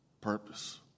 purpose